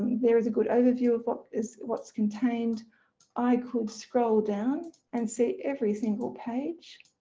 there is a good overview of what is, what's contained i could scroll down and see every single page,